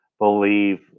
believe